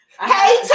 hey